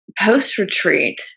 post-retreat